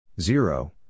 Zero